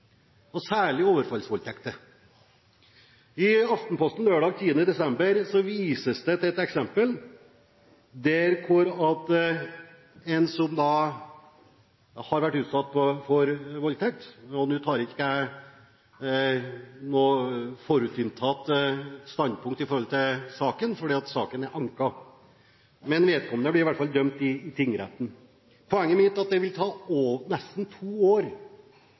voldtekt, særlig overfallsvoldtekter. I Aftenposten lørdag vises det til et eksempel der en har vært utsatt for voldtekt – og nå har ikke jeg noe forutinntatt standpunkt i saken, for saken er anket – og vedkommende asylsøker som har voldtatt, blir dømt i tingretten. Poenget mitt er at det vil ta nesten to år